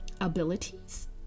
abilities